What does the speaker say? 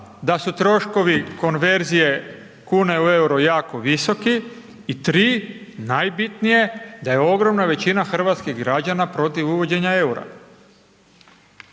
da su troškovi konverzije kune u EUR-o jako visoki i 3. najbitnije, da je ogromna većina hrvatskih građana protiv uvođenja EUR-a.